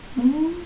mm